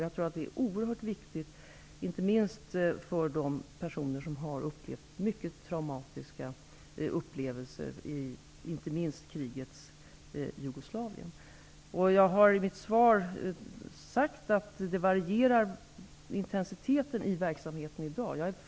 Jag tror att det är oerhört viktigt inte minst för de personer som har haft mycket traumatiska upplevelser t.ex. i krigets Jugoslavien. Jag har i mitt svar sagt att intensiteten i verksamheten i dag varierar.